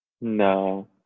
no